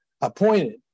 appointed